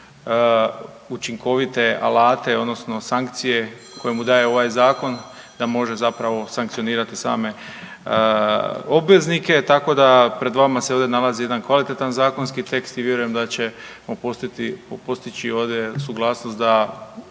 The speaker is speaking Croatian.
učinkovite alate odnosno sankcije koje mu daje ovaj zakon da može zapravo sankcionirati same obveznike. Tako da pred vama se ovdje nalazi jedan kvalitetan zakonski tekst i vjerujem da ćemo postići određenu suglasnost da